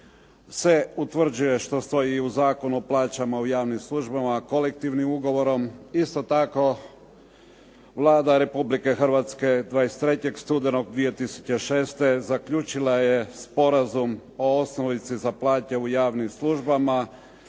se utvrđuje što stoji i u Zakonu o plaćama u javnim službama kolektivnim ugovorom. Isto tako, Vlada Republike Hrvatske 23. studenog 2006. zaključila je sporazum o osnovici za plaće u javnim službama,